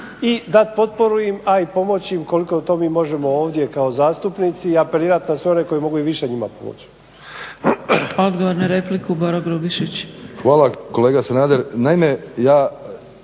i dati potporu im, a i pomoći im koliko to mi možemo ovdje kao zastupnici i apelirati na sve one koji mogu i više njima pomoći.